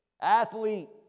Athlete